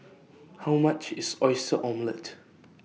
How much IS Oyster Omelette